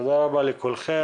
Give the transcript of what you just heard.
תודה רבה לכולם.